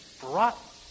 brought